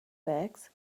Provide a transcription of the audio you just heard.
bags